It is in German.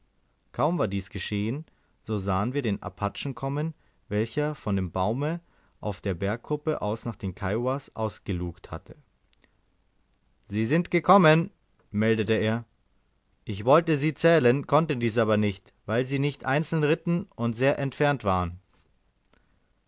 kaum war dies geschehen so sahen wir den apachen kommen welcher von dem baume auf der bergkuppe aus nach den kiowas ausgelugt hatte sie sind gekommen meldete er ich wollte sie zählen konnte dies aber nicht weil sie nicht einzeln ritten und sehr entfernt waren